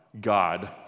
God